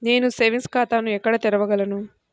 నేను సేవింగ్స్ ఖాతాను ఎక్కడ తెరవగలను?